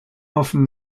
often